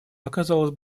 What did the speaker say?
оказалось